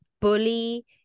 bully